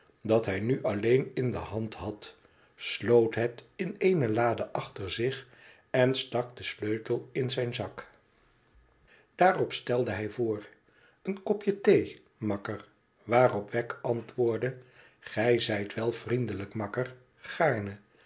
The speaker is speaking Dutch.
dat hij nu alleen in de hand had sloot het in eene lade achter zich en stak den sleutel in zijn zak daarop stelde hij voor en kopje thee makker waarop wegg antwoordde gij zijt wel vriendelijk makker